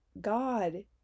God